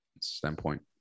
standpoint